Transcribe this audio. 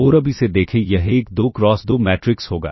और अब इसे देखें यह एक 2 क्रॉस 2 मैट्रिक्स होगा